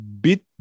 bit